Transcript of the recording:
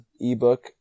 ebook